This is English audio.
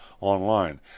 online